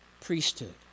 priesthood